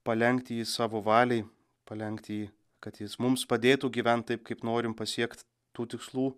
palenkt jį savo valiai palenkt jį kad jis mums padėtų gyvent taip kaip norim pasiekt tų tikslų